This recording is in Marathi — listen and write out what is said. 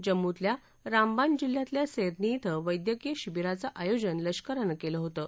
जम्मूतल्या रामबान जिल्ह्यातल्या सेरनी शिं वैद्यकिय शिंबिराचं आयोजन लष्करानं केलं होतं